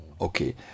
Okay